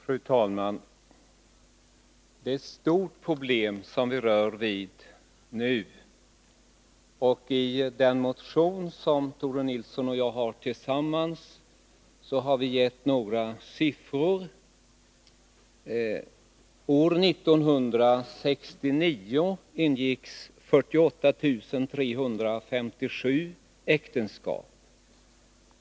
Fru talman! Det är ett stort problem som vi nu rör vid. I den motion som Tore Nilsson och jag tillsammans har väckt har vi angett några siffror. År 1969 ingicks 48 357 äktenskap.